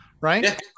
Right